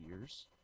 years